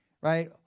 right